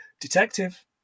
Detective